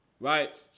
Right